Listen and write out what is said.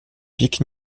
pique